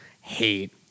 hate